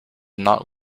not